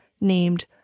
named